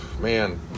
man